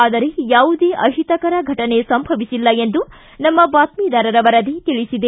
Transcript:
ಆದರೆ ಯಾವುದೇ ಅಹಿತಕರ ಫಟನೆ ಸಂಭವಿಸಿಲ್ಲ ಎಂದು ನಮ್ಮ ಬಾತ್ತಿದಾರರ ವರದಿ ತಿಳಿಸಿದೆ